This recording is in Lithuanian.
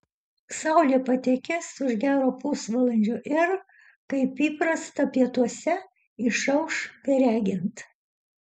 saulė patekės už gero pusvalandžio ir kaip įprasta pietuose išauš beregint